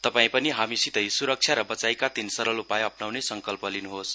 तपाईं पनि हामीसितै सुरक्षा र बचाईका तीन सरल उपाय अप्नाउने संकल्प गर्नुहोस